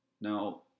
Now